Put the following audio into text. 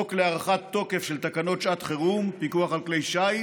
חוק להארכת תוקף של תקנות שעת חירום (פיקוח על כלי שיט),